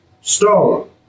stone